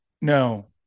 no